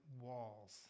walls